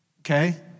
okay